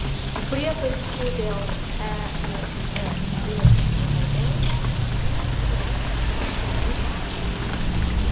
priekaištų dėl eif lėšų panaudojimo nesulaukė tik šiaulių bankas